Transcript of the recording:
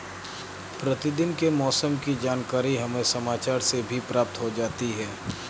प्रतिदिन के मौसम की जानकारी हमें समाचार से भी प्राप्त हो जाती है